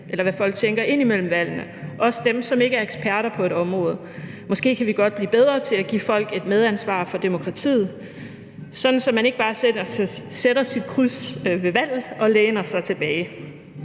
høre, hvad folk tænker imellem valgene, også dem, som ikke er eksperter på området. Måske kan vi godt blive bedre til at give folk et medansvar for demokratiet, så man ikke bare sætter sit kryds ved valget og læner sig tilbage.